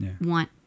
want